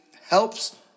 helps